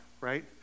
right